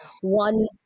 one